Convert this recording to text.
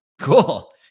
Cool